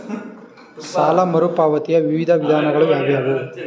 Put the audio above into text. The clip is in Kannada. ಸಾಲ ಮರುಪಾವತಿಯ ವಿವಿಧ ವಿಧಾನಗಳು ಯಾವುವು?